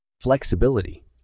Flexibility